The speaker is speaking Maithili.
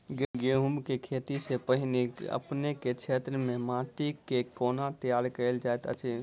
गेंहूँ केँ खेती सँ पहिने अपनेक केँ क्षेत्र मे माटि केँ कोना तैयार काल जाइत अछि?